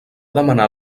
demanar